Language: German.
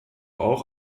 auch